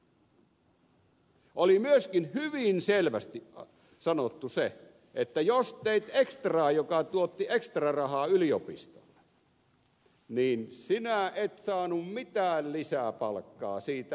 oli myöskin hyvin selvästi sanottu se että jos teit ekstraa joka tuotti ekstrarahaa yliopistolle niin sinä et saanut mitään lisäpalkkaa siitä ekstratyöstä